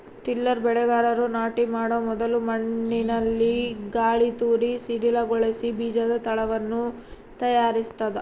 tiller ಬೆಳೆಗಾರರು ನಾಟಿ ಮಾಡೊ ಮೊದಲು ಮಣ್ಣಿನಲ್ಲಿ ಗಾಳಿತೂರಿ ಸಡಿಲಗೊಳಿಸಿ ಬೀಜದ ತಳವನ್ನು ತಯಾರಿಸ್ತದ